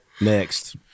Next